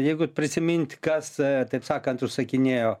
jeigu prisiminti kas taip sakant užsakinėjo